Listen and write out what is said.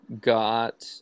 got